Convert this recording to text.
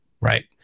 right